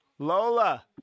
Lola